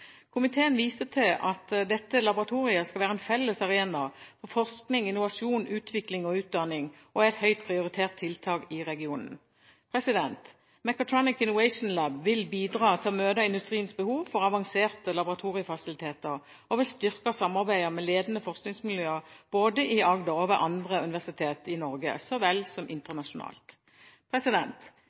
Komiteen viser til at dette laboratoriet skal være en felles arena for forskning, innovasjon, utvikling og utdanning, og er et høyt prioritert tiltak i regionen. Mechatronic Innovation Lab vil bidra til å møte industriens behov for avanserte laboratoriefasiliteter og vil styrke samarbeidet med ledende forskningsmiljøer både i Agder og ved andre universiteter i Norge, så vel som internasjonalt.